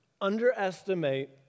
underestimate